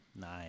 Nice